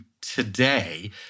today